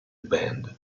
band